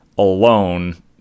alone